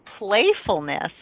playfulness